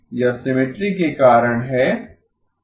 यह सिमिट्री के कारण है